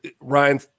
ryan